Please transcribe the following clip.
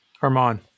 Herman